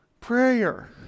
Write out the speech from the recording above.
prayer